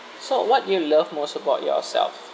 so what do you love most about yourself